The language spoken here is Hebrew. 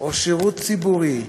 או שירות ציבורי,